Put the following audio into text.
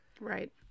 Right